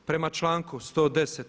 Prema članku 110.